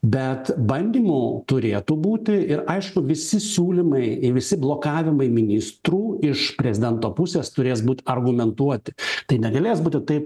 bet bandymų turėtų būti ir aišku visi siūlymai ir visi blokavimai ministrų iš prezidento pusės turės būt argumentuoti tai negalės būti taip